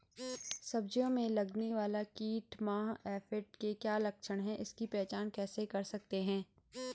सब्जियों में लगने वाला कीट माह एफिड के क्या लक्षण हैं इसकी पहचान कैसे कर सकते हैं?